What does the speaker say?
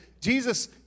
Jesus